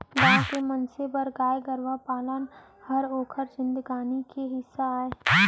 गॉँव के मनसे बर गाय गरूवा पालन हर ओकर जिनगी के हिस्सा अय